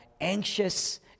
anxious